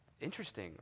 interesting